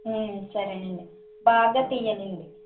సరేనండీ బాగా తియ్యాలండీ